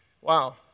Wow